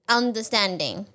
understanding